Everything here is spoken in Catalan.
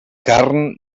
carn